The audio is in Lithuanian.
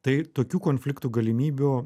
tai tokių konfliktų galimybių